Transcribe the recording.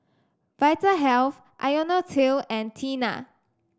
Vitahealth IoniL T and Tena